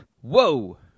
whoa